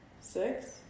six